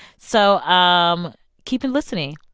so um keep it listening